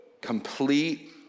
complete